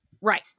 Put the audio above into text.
right